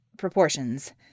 proportions